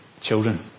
children